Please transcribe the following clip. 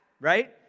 right